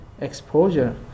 exposure